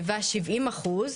היווה שבעים אחוז,